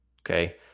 Okay